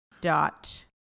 dot